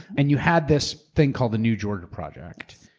and you had this thing called the new georgia project,